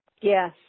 Yes